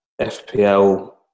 FPL